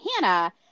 Hannah